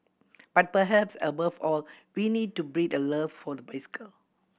but perhaps above all we need to breed a love for the bicycle